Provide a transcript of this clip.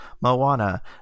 moana